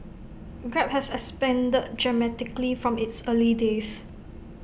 grab has expanded dramatically from its early days